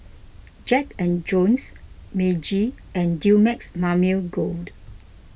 Jack and Jones Meiji and Dumex Mamil Gold